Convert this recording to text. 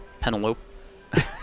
Penelope